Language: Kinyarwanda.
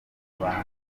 abantu